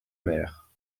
mère